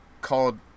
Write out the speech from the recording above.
called